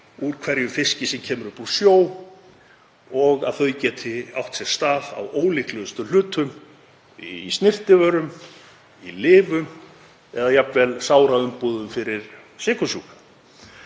úr hverjum fiski sem kemur upp úr sjó og að þau geta birst í ólíklegustu hlutum, í snyrtivörum, í lyfjum eða jafnvel sáraumbúðum fyrir sykursjúka.